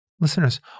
Listeners